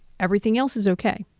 everything else is okay.